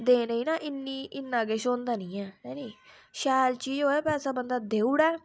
देने ई न इन्नी इन्ना किश होंदा निं ऐ ऐनी शैल चीज होऐ तां पैसा बंदा देई ओड़ै पर